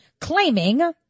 claiming